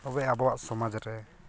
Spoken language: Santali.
ᱛᱚᱵᱮ ᱟᱵᱚᱣᱟᱜ ᱥᱚᱢᱟᱡᱽᱨᱮ